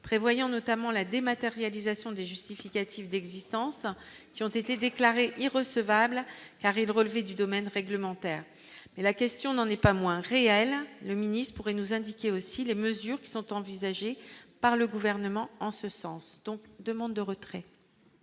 prévoyant notamment la dématérialisation des justificatifs d'existence qui ont été déclarés est recevable car elle relevait du domaine réglementaire mais la question n'en est pas moins réel le ministe pourrait nous indiquer aussi les mesures qui sont envisagées par le gouvernement en ce sens, donc : demande de retrait.